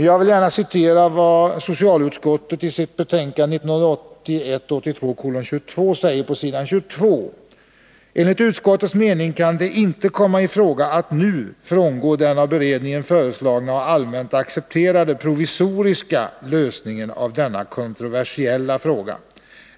Jag vill gärna citera vad socialutskottet i sitt betänkande 1981/82:22 skriver på s. 22: ”Enligt utskottets mening kan det inte komma i fråga att nu frångå den av beredningen föreslagna och allmänt accepterade provisoriska lösningen av denna kontroversiella fråga.